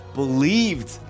believed